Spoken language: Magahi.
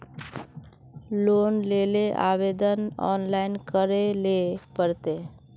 लोन लेले आवेदन ऑनलाइन करे ले पड़ते?